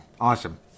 Awesome